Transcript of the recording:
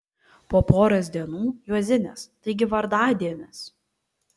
po poros dienų juozinės taigi vardadienis